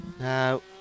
Now